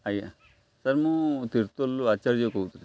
ଆଜ୍ଞା ସାର୍ ମୁଁ ତିର୍ତୋଲରୁ ଆଚାର୍ଯ୍ୟ କହୁଥିଲି